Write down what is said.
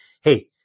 hey